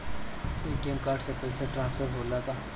ATM card से पैसा transfer होला का?